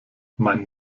mein